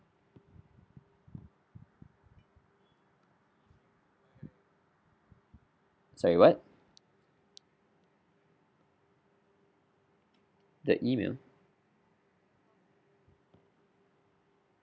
sorry what the email